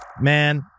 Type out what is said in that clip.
Man